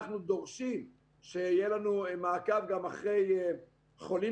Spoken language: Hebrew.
אנחנו דורשים שיהיה לנו מאבק גם אחרי חולים